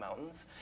Mountains